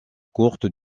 courte